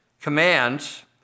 commands